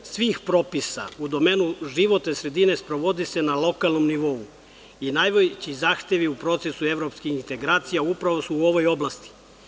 Šezdeset posto svih propisa u domenu životne sredine, sprovode se na lokalnom nivou i najveći zahtevi u procesu evropskih integracija, upravo su u ovoj oblasti.